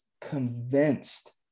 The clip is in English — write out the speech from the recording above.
convinced